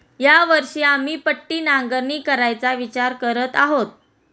या वर्षी आम्ही पट्टी नांगरणी करायचा विचार करत आहोत